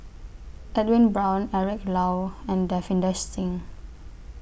Edwin Brown Eric Low and Davinder Singh